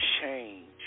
change